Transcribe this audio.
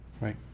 right